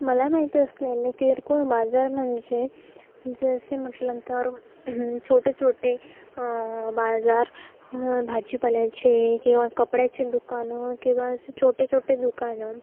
मला माहीत असलेले किरकोळ बाजार म्हणजे जसे म्हटलं तर छोटेछोटे बाजार भाजीपाल्याचे किंवा कपड्याचे दुकानं किंवा असे छोटेछोटे दुकानं